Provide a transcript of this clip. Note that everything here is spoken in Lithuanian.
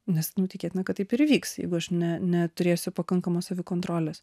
nes tikėtina kad taip ir vyks jeigu aš ne neturėsiu pakankamos savikontrolės